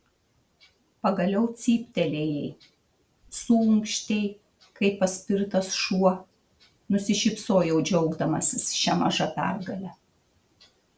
pagaliau cyptelėjai suunkštei kaip paspirtas šuo nusišypsojau džiaugdamasis šia maža pergale